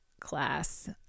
class